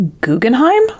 Guggenheim